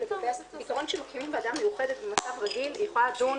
בעיקרון כשמקימים ועדה מיוחדת במצב רגיל היא יכולה לדון